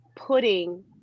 putting